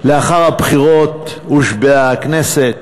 לאחר הבחירות הושבעה הכנסת,